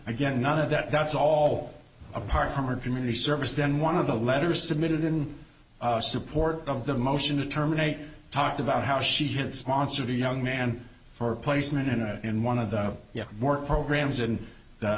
again none of that that's all apart from her community service then one of the letters submitted in support of the motion to terminate talked about how she had sponsored a young man for placement in a in one of the more programs and the